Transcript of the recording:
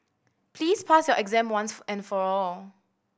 please pass your exam once and for all